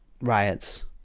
riots